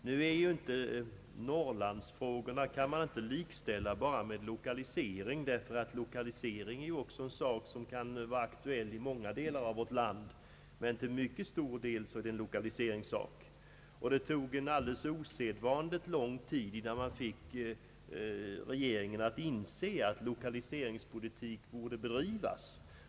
Man kan inte likställa norrlandsfrågorna med lokaliseringsfrågor, ty lokaliseringsproblem kan vara aktuella i många delar av vårt land. Till mycket stor del hör dock norrlandsfrågorna samman med lokaliseringsproblemet. Det tog en alldeles osedvanligt lång tid, innan man fick regeringen att inse att lokaliseringspolitik borde bedrivas.